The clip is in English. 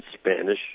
Spanish